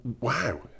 Wow